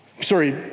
Sorry